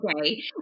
Okay